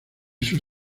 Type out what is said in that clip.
sus